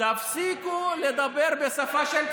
תפסיקו לדבר בשפה של פשיעה.